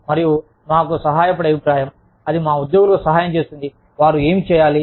మరియు మాకు సహాయపడే అభిప్రాయం అది మా ఉద్యోగులకు సహాయం చేస్తుంది వారు ఏమి చేయాలి